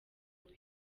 uwe